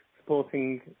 Supporting